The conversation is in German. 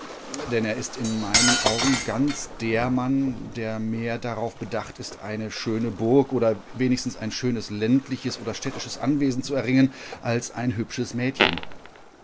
denn er ist in meinen augen ganz der mann der mehr darauf bedacht ist eine schöne burg oder wenigstens ein schönes ländliches oder städtisches anwesen zu erringen als ein hübsches mädchen